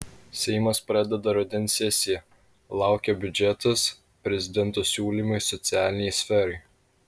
seimas pradeda rudens sesiją laukia biudžetas prezidento siūlymai socialinei sferai